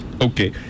okay